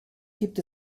gibt